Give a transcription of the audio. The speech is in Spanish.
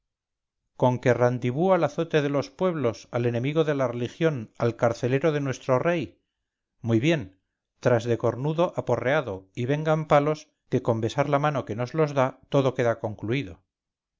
al demonio conque randibú al azote de los pueblos al enemigo de la religión al carcelero de nuestro rey muy bien tras de cornudo aporreado y vengan palos que con besar la mano que nos los da todo queda concluido